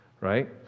right